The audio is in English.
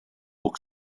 book